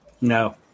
No